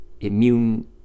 immune